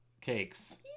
cakes